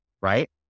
right